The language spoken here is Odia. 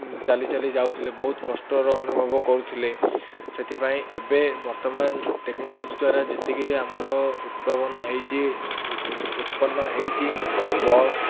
ଚାଲି ଚାଲି ଯାଉଥିଲେ ବହୁତ କଷ୍ଟର ଅନୁଭବ କରୁଥିଲେ ସେଥିପାଇଁ ଏବେ ବର୍ତ୍ତମାନ ଟେକ୍ନୋଲୋଜି ଦ୍ୱାରା ଯେତିକି ଆମର ଉଦ୍ଭାବନ ହେଇଛି ଉତ୍ପନ୍ନ ହେଇଛି ବସ୍